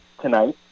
tonight